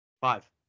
Five